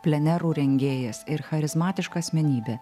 plenerų rengėjas ir charizmatiška asmenybė